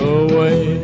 away